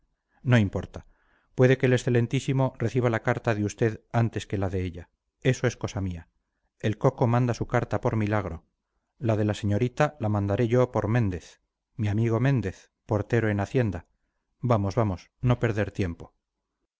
no importa puede que el excelentísimo reciba la carta de usted antes que la de ella eso es cosa mía el coco manda su carta por milagro la de la señorita la mandaré yo por méndez mi amigo méndez portero en hacienda vamos vamos no perder tiempo